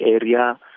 area